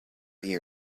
ear